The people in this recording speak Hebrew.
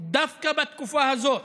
דווקא בתקופה הזאת.